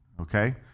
okay